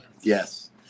Yes